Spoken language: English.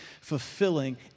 fulfilling